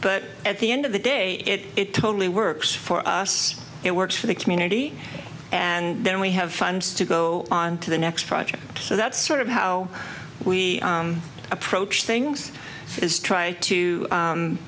but at the end of the day it totally works for us it works for the community and then we have funds to go on to the next project so that's sort of how we approach things is try to